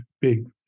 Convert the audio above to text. big